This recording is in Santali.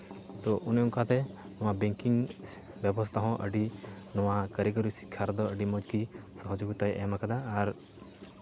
ᱛᱚ ᱚᱱᱮ ᱚᱱᱠᱟᱛᱮ ᱱᱚᱣᱟ ᱵᱮᱝᱠᱤᱝ ᱵᱮᱵᱚᱥᱛᱷᱟ ᱦᱚᱸ ᱟᱹᱰᱤ ᱱᱚᱣᱟ ᱠᱟᱹᱨᱤᱜᱚᱨᱤ ᱥᱤᱠᱠᱷᱟ ᱨᱮᱫᱚ ᱟᱹᱰᱤ ᱢᱚᱡᱽ ᱜᱮ ᱥᱚᱦᱚᱡᱳᱜᱤᱛᱟᱭ ᱮᱢ ᱠᱟᱫᱟ ᱟᱨ